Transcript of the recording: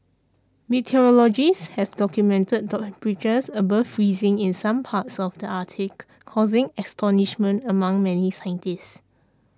meteorologists have documented temperatures above freezing in some parts of the Arctic causing astonishment among many scientists